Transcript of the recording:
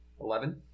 Eleven